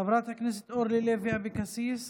חברת הכנסת אורלי לוי אבקסיס,